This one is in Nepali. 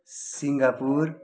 सिङ्गापुर